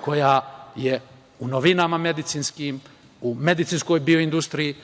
koja je u novinama medicinskim, u medicinskoj bioindustriji